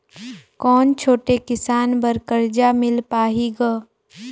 कौन छोटे किसान बर कर्जा मिल पाही ग?